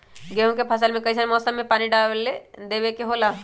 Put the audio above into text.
गेहूं के फसल में कइसन मौसम में पानी डालें देबे के होला?